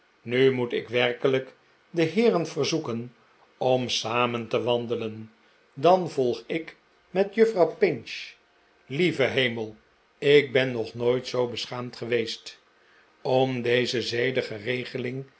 nu moet ik werkelijk de heeren verzoeken om samen te wandelen dan volg ik met juffrouw pinch lieve hemel ik ben nog nooit zoo beschaamd geweest om deze